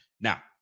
Now